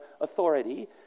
authority